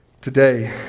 Today